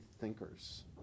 thinkers